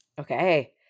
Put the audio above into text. Okay